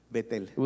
Betel